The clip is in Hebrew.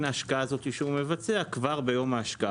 ההשקעה הזו שהוא מבצע כבר ביום ההשקעה.